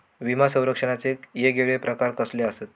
विमा सौरक्षणाचे येगयेगळे प्रकार कसले आसत?